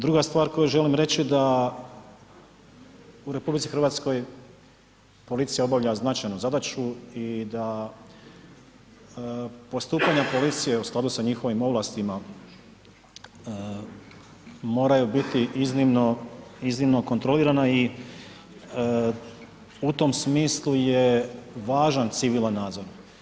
Druga stvar koju želim reći da u RH policija obavlja značajnu zadaću i da postupanja policije u skladu sa njihovim ovlastima moraju biti iznimno, iznimno kontrolirana i u tom smislu je važan civilan nadzor.